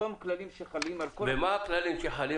אותם כללים שחלים על כל --- ומה הכללים שחלים?